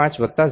49 3